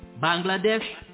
Bangladesh